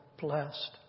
blessed